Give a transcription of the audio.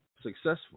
successful